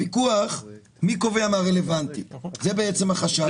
הוויכוח הוא מי קובע מה רלוונטי, זה בעצם החשש.